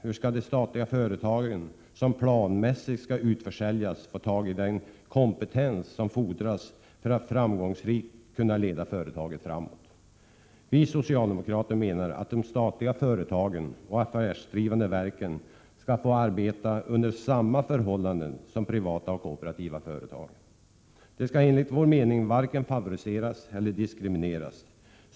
Hur skall de statliga företag som planmässigt skall utförsäljas få tag i den kompetens som fordras för att man framgångsrikt skall kunna leda företagen framåt? Vi socialdemokrater menar att de statliga företagen och affärsdrivande verken skall få arbeta under samma förhållanden som privata och kooperativa företag. De skall enligt vår mening varken favoriseras eller diskrimineras.